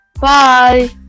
Bye